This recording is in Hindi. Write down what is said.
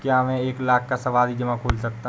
क्या मैं एक लाख का सावधि जमा खोल सकता हूँ?